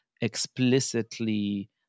explicitly